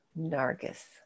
Nargis